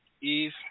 Eve